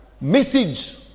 message